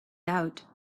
out